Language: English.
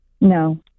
No